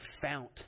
fount